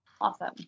awesome